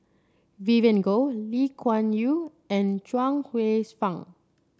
Vivien Goh Lee Kuan Yew and Chuang Hsueh Fang